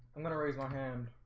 i'm gonna raise my hand